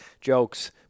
jokes